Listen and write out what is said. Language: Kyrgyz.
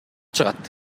чыгат